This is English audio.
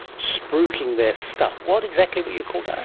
spruiking their stuff. what exactly were you called, ah